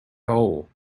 hole